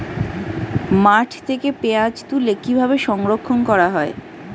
মাঠ থেকে পেঁয়াজ তুলে কিভাবে সংরক্ষণ করা হয়?